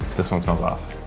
this one smells off.